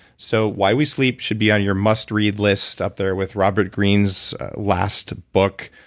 so why we sleep should be on your must-read list, up there with robert greene's last book,